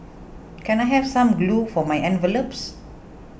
can I have some glue for my envelopes